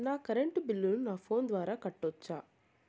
నా కరెంటు బిల్లును నా ఫోను ద్వారా కట్టొచ్చా?